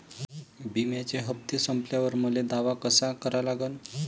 बिम्याचे हप्ते संपल्यावर मले दावा कसा करा लागन?